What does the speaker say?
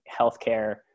healthcare